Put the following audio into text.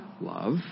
love